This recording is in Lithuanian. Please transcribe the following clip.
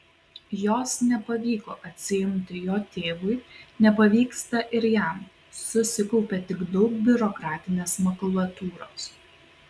jos nepavyko atsiimti jo tėvui nepavyksta ir jam susikaupia tik daug biurokratinės makulatūros